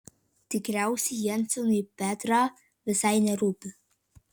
tikriausiai jensenui petrą visai nerūpi